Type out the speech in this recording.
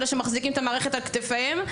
אלה שמחזיקים את המערכת על כתפיהם.